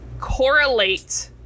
correlate